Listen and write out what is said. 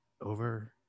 over